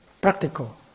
practical